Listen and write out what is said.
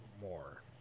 more